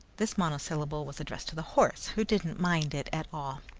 this monosyllable was addressed to the horse, who didn't mind it at all.